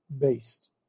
based